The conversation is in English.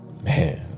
Man